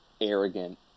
arrogant